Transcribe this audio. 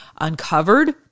uncovered